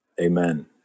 Amen